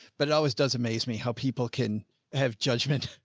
but it always does amaze me how people can have judgment.